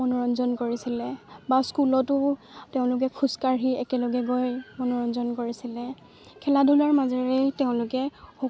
মনোৰঞ্জন কৰিছিলে বা স্কুলতো তেওঁলোকে খোজকাঢ়ি একেলগে গৈ মনোৰঞ্জন কৰিছিলে খেলা ধূলাৰ মাজেৰেই তেওঁলোকে